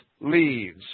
leaves